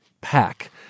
pack